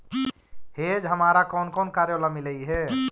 hedge हमारा कौन कौन कार्यों ला मिलई हे